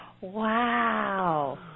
Wow